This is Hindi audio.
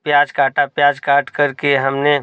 प्याज काटा प्याज काट कर के हमने